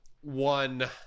one